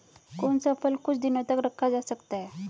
कौन सा फल कुछ दिनों तक रखा जा सकता है?